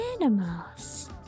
animals